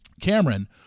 Cameron